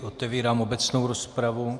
Otevírám obecnou rozpravu.